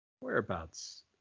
Whereabouts